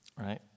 right